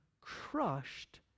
crushed